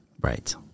right